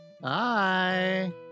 Bye